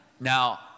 Now